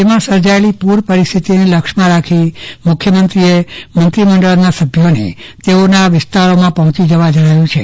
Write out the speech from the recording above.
રાજ્યમાં સર્જાથેલી પુર પરિસ્થિતિને લક્ષ્યમાં રાખીને મુખ્યમંત્રીએ મંત્રીમંડળના સભ્યોને તેમના વિસ્તારોમાં પહોચી જવા જણાવ્યું છે